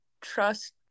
trust